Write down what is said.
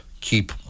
keep